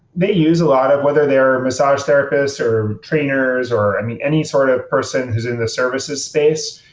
they use a lot of whether they're a massage therapists, or trainers or i mean, any sort of person who's in the services space,